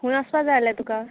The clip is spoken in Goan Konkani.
खूंय वोसपा जाय आमलें तुका